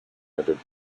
entered